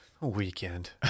Weekend